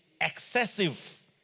excessive